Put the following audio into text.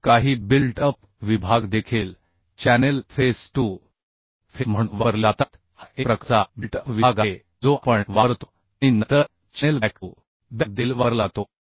मग काही built up विभाग देखील चॅनेल फेस टू फेस म्हणून वापरले जातात हा एक प्रकारचा बिल्ट अप विभाग आहे जो आपण वापरतो आणि नंतर चॅनेल बॅक टू बॅक देखील वापरला जातो